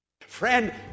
Friend